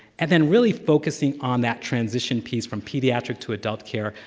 and then really focusing on that transition piece from pediatric to adult care,